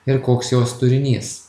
ir koks jos turinys